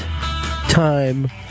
time